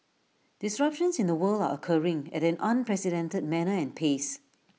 disruptions in the world are occurring at an unprecedented manner and pace